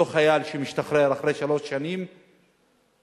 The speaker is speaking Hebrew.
אותו חייל שמשתחרר אחרי שלוש שנים מתחיל